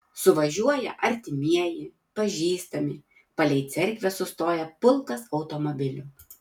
suvažiuoja artimieji pažįstami palei cerkvę sustoja pulkas automobilių